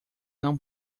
não